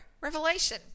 revelation